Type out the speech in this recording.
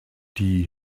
die